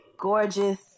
gorgeous